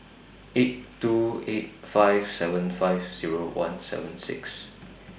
eight two eight five seven five Zero one seven six